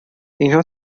اینها